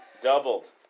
doubled